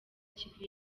kivu